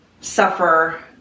suffer